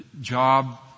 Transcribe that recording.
job